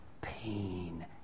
pain